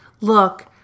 look